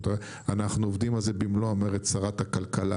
אנחנו עובדים על זה במלוא המרץ שרת הכלכלה